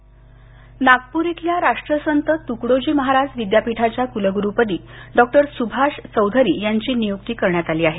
क्लग्रू नागपूर नागपूर इथल्या राष्ट्रसंत तूकडोजी महाराज विद्यापीठाच्या कूलगूरूपदी डॉक्टर सूभाष चौधरी यांची निय्क्ती करण्यात आली आहे